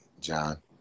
John